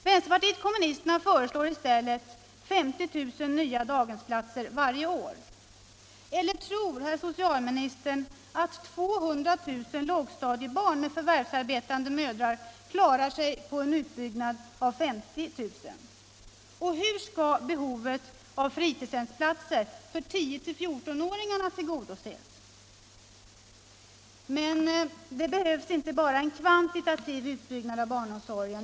Vänsterpartiet kommunisterna föreslår i stället 50 000 nya daghemsplatser varje år. Eller tror socialministern att 200 000 lågstadiebarn med förvärvsarbetande mödrar klarar sig på en utbyggnad av 50 000? Och hur skall behovet av fritidshemsplatser för 10-14-åringarna tillgodoses? Men det behövs inte bara en kvantitativ utbyggnad av barnomsorgen.